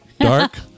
Dark